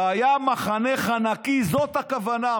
והיה מחניך נקי, זאת הכוונה.